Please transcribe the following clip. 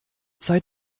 zeit